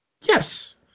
Yes